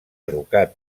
educat